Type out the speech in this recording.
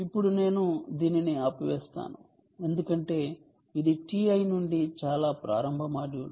ఇప్పుడు నేను దీనిని ఆపివేసాను ఎందుకంటే ఇది TI నుండి చాలా ప్రారంభ మాడ్యూల్